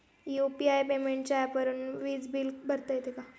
UPI पेमेंटच्या ऍपवरुन वीज बिल भरता येते का?